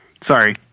Sorry